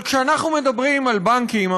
אבל כשאנחנו מדברים על בנקים,